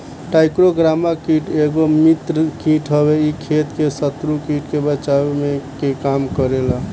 trichogramma कीट एगो मित्र कीट हवे इ खेत के शत्रु कीट से बचावे के काम करेला